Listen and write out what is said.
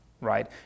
right